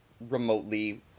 remotely